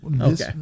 Okay